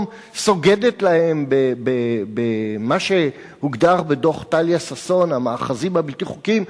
סוגדת להן במה שהוגדר בדוח טליה ששון "המאחזים הבלתי-חוקיים"